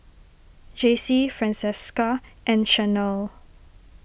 Jacey Francesca and Shanelle